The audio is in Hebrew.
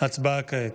הצבעה כעת.